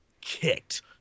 kicked